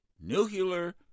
nuclear